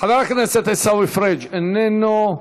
חבר הכנסת עיסאווי פריג' איננו,